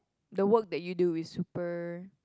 the work that you do is super